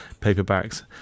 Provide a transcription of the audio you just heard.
paperbacks